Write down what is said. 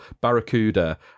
barracuda